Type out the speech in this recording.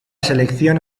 selección